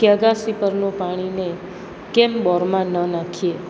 કે અગાસી પરના પાણીને કેમ બોરમાં ન નાખીએ